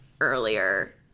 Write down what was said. earlier